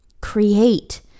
Create